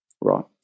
Right